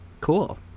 Cool